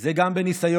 זה גם בניסיון,